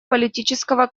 политического